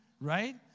right